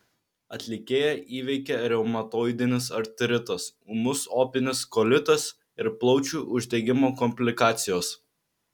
atlikėją įveikė reumatoidinis artritas ūmus opinis kolitas ir plaučių uždegimo komplikacijos